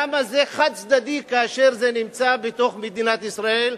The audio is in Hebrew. למה זה חד-צדדי כאשר זה נמצא בתוך במדינת ישראל,